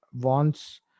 wants